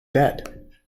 dead